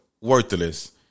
worthless